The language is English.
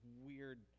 weird